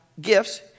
gifts